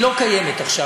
היא לא קיימת עכשיו.